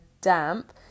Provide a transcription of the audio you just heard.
damp